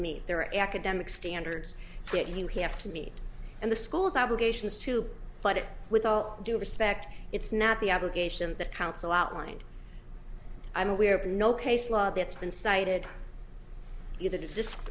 meet their academic standards that you have to meet and the schools obligations to put it with all due respect it's not the obligation the council outlined i'm aware of no case law that's been cited either disc